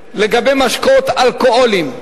לגבי משקאות אלכוהוליים,